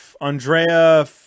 Andrea